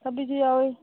ꯊꯕꯤꯁꯨ ꯌꯥꯎꯏ